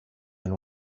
than